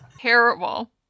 Terrible